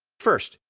first,